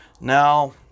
now